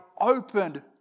opened